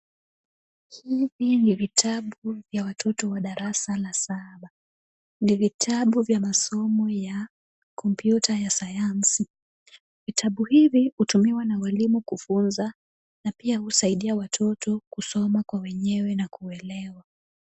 Hivi ni vitabu ya watoto wa darasa la saba. Ni vitabu vya masomo ya kompyuta ya Sayansi. Vitabu hivi hutumiwa na walimu kufunza na pia husaidia watoto kusoma kwa wenyewe na kuelewa.